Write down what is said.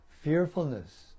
Fearfulness